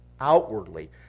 outwardly